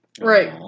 Right